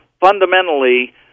fundamentally